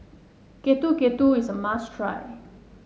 Getuk Getuk is a must try